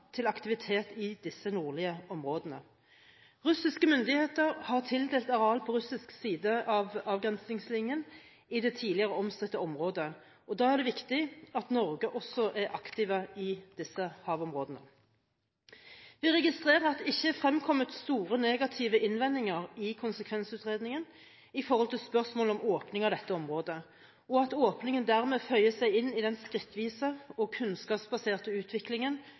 til aktivitet i disse nordlige områdene. Russiske myndigheter har tildelt areal på russisk side av avgrensningslinjen i det tidligere omstridte området, og da er det viktig at Norge også er aktiv i disse havområdene. Vi registrerer at det ikke er fremkommet store negative innvendinger i konsekvensutredningen når det gjelder spørsmål om åpning av dette området, og at åpningen dermed føyer seg inn i den skrittvise og kunnskapsbaserte utviklingen